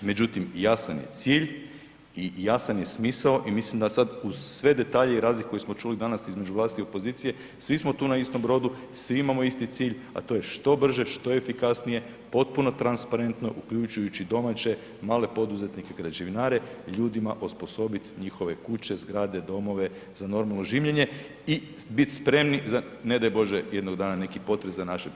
Međutim, jasan je cilj i jasan je smisao i mislim da sad uz sve detalje i … [[Govornik se ne razumije]] koji smo čuli danas između vlasti i opozicije, svi smo tu na istom brodu, svi imamo isti cilj, a to je što brže, što efikasnije, potpuno transparentno uključujući i domaće male poduzetnike i građevinare, ljudima osposobit njihove kuće, zgrade, domove za normalno življenje i bit spremni za ne daj Bože jednog dana neki potres za naše praunuke.